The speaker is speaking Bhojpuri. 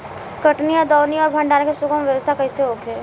कटनी और दौनी और भंडारण के सुगम व्यवस्था कईसे होखे?